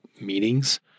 meetings